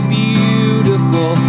beautiful